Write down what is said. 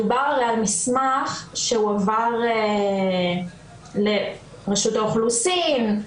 דובר על המסמך שהועבר לרשות האוכלוסין,